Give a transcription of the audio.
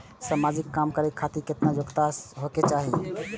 समाजिक काम करें खातिर केतना योग्यता होके चाही?